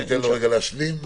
ניתן למר גורט להשלים.